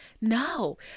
No